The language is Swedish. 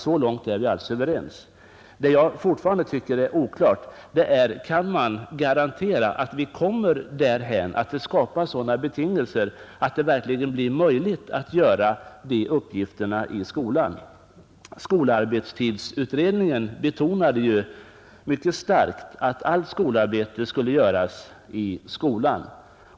Så långt är vi alltså överens. Det jag fortfarande tycker är oklart är: Kan man garantera att vi kommer dithän att det skapas sådana betingelser att det verkligen blir möjligt att utföra dessa uppgifter i skolan? Skolarbetstidsutredningen betonade ju mycket starkt att allt skolarbete skulle göras i skolan.